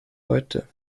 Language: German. heute